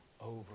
over